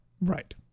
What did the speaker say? Right